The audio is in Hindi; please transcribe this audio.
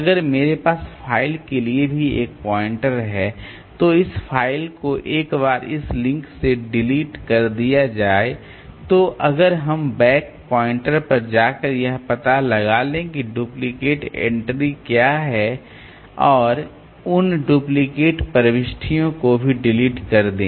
अगर मेरे पास फाइल के लिए भी एक पॉइंटर है तो इस फाइल को एक बार इस लिंक से डिलीट कर दिया जाए तो अगर हम इस बैक पॉइंटर पर जाकर यह पता लगा लें कि डुप्लिकेट एंट्री क्या हैं और उन डुप्लिकेट प्रविष्टियां को भी डिलीट कर दें